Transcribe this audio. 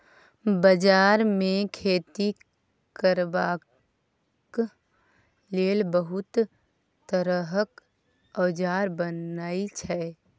बजार मे खेती करबाक लेल बहुत तरहक औजार बनई छै